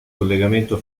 collegamento